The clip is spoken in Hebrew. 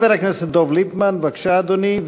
חבר הכנסת דב ליפמן, בבקשה, אדוני.